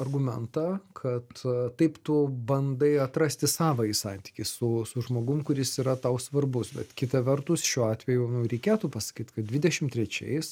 argumentą kad taip tu bandai atrasti savąjį santykį su su žmogum kuris yra tau svarbus bet kita vertus šiuo atveju nu reikėtų pasakyt kad dvidešim trečiais